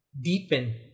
deepen